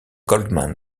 goldman